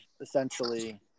essentially